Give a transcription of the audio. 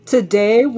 Today